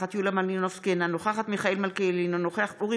אינה נוכחת יוליה מלינובסקי,